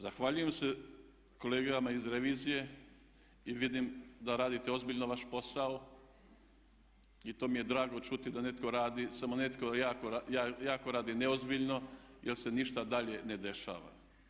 Zahvaljujem se kolegama iz revizije i vidim da radite ozbiljno vaš posao i to mi je drago čuti da netko radi samo netko jako radi neozbiljno, jer se ništa dalje ne dešava.